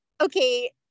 okay